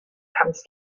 comes